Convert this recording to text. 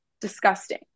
Disgusting